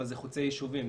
אבל זה חוצה יישובים,